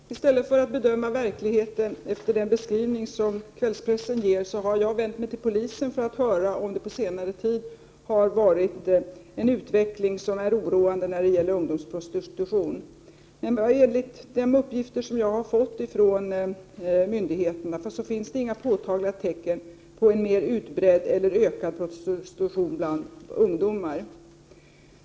Herr talman! I stället för att bedöma verkligheten efter den beskrivning som kvällspressen ger har jag vänt mig till polisen för att höra om det på senare tid varit en oroande utveckling när det gäller ungdomsprostitutionen. Enligt de uppgifter som jag har fått från myndigheterna finns det inga påtagliga tecken på en mer utbredd eller ökad prostitution bland ungdomar.